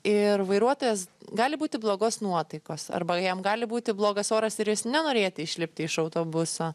ir vairuotojas gali būti blogos nuotaikos arba jam gali būti blogas oras ir jis nenorėti išlipti iš autobuso